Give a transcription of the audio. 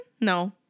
No